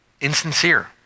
insincere